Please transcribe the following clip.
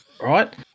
right